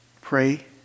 Pray